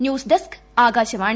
news desk Akashvani